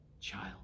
child